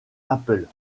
apple